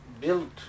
built